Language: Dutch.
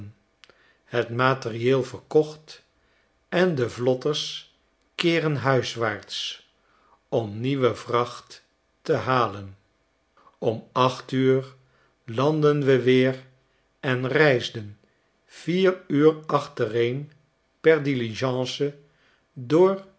het materieel verkocht en de vlotters keeren huiswaarts era nieuwe vracht te halen om acht uur landden we weer en reisden vier uur achtereen per diligence door